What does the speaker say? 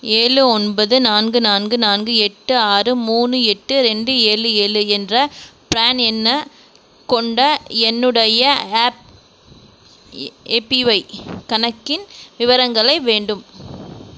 ஏழு ஒன்பது நான்கு நான்கு நான்கு எட்டு ஆறு மூணு எட்டு ரெண்டு ஏழு ஏழு என்ற பிரான் எண்ண கொண்ட என்னுடைய ஏபிஒய் கணக்கின் விவரங்களை வேண்டும்